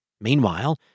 Meanwhile